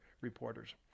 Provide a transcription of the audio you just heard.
reporters